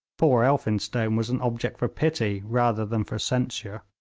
poor elphinstone was an object for pity rather than for censure.